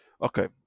Okay